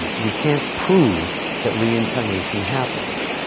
we can't prove that reincarnation happens